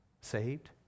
saved